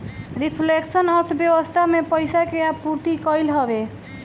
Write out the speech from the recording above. reflection अर्थव्यवस्था में पईसा के आपूर्ति कईल हवे